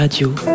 Radio